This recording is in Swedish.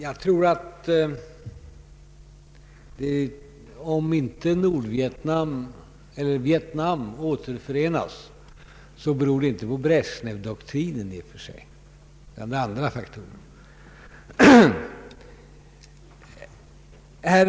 Herr talman! Om inte Vietnam återförenas beror det inte i och för sig såvitt jag kan förstå på Brezjnevdoktrinen utan på andra faktorer.